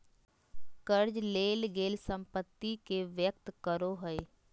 कर्ज लेल गेल संपत्ति के व्यक्त करो हइ